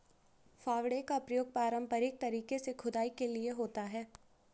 फावड़े का प्रयोग पारंपरिक तरीके से खुदाई के लिए होता है